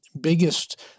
biggest